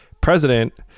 president